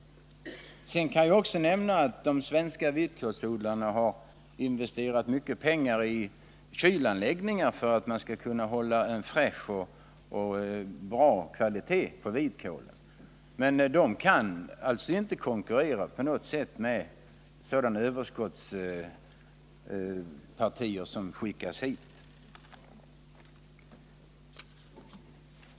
Sedan kan jag också nämna att de svenska vitkålsodlarna har investerat mycket pengar i kylanläggningar för att man skall kunna hålla en fräsch och bra kvalitet på vitkålen. Men de kan alltså inte konkurrera på något sätt med sådana överskottspartier som skickas hit.